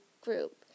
group